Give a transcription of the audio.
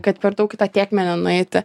kad per daug į tą tėkmę nenueiti